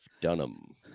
Dunham